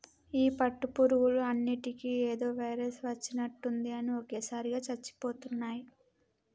ఈ పట్టు పురుగులు అన్నిటికీ ఏదో వైరస్ వచ్చినట్టుంది అన్ని ఒకేసారిగా చచ్చిపోతున్నాయి